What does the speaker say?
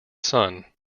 son